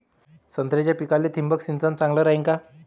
संत्र्याच्या पिकाले थिंबक सिंचन चांगलं रायीन का?